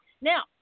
Now